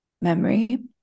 memory